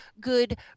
good